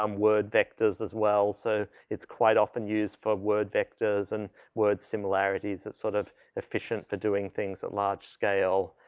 um word vectors as well. so, it's quite often used for word vectors and word similarities that sort of efficient for doing things at large-scale.